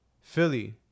Philly